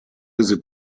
rese